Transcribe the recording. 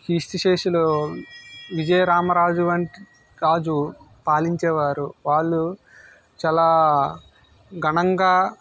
కీర్తిశేషులు విజయరామరాజు వంటి రాజు పాలించే వారు వాళ్ళు చాలా ఘనంగా